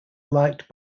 liked